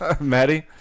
Maddie